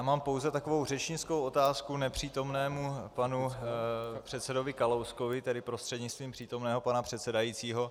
Mám pouze řečnickou otázku nepřítomnému panu předsedovi Kalouskovi prostřednictvím přítomného pana předsedajícího.